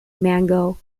mango